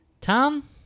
Tom